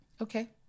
Okay